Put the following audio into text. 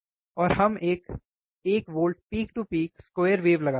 और हम एक एक volt peak to peak square wave लगाते हैं